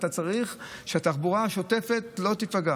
וצריך שהתחבורה השוטפת לא תיפגע.